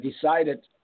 decided